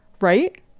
right